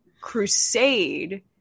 crusade